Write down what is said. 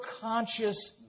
conscious